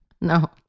no